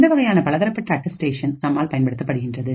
இந்த வகையான பலதரப்பட்ட அட்டஸ்டேஷன் நம்மால் பயன்படுத்தப்படுகின்றது